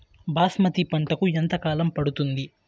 బాస్మతి పంటకు ఎంత కాలం పడుతుంది?